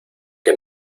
que